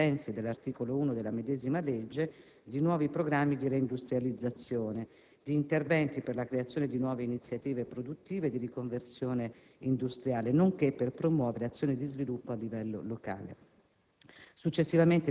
individuate ai sensi dell'articolo 1 della medesima legge, di nuovi programmi di reindustrializzazione, di interventi per la creazione di nuove iniziative produttive e di riconversione industriale, nonché per promuovere azioni di sviluppo a livello locale.